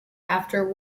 after